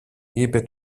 είπε